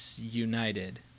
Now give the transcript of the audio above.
United